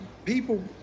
People